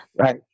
Right